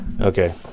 Okay